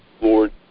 Lord